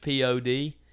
Pod